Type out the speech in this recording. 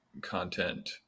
content